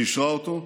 והיא אישרה אותו,